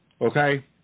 okay